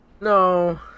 No